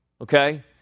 Okay